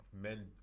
men